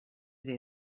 ere